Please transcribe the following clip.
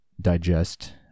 digest